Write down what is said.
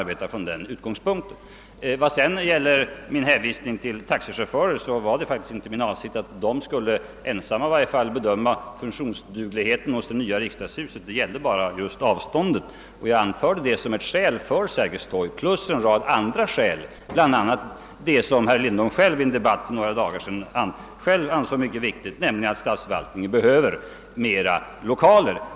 Beträffande min hänvisning till taxi-' chaufförer var det faktiskt inte min avsikt att de skulle bedöma — i varje fall inte ensamma — funktionsdugligheten hos det nya riksdagshuset. Det gällde bara avståndet, och jag anförde den saken som ett skäl för valet av Sergels torg vid sidan av en rad andra skäl, bl.a. det som herr Lindholm själv i en debatt för några dagar sedan ansåg mycket viktigt, nämligen att statsförvaltningen behöver flera lokaler.